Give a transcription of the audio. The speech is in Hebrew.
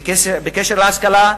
בקשר להשכלה,